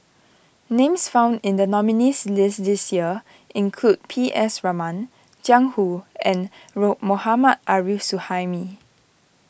names found in the nominees' list this year include P S Raman Jiang Hu and Road Mohammad Arif Suhaimi